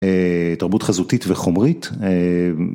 תרבות חזותית וחומרית